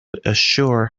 assure